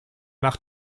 nach